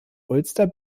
ulster